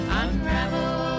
unravel